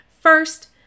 First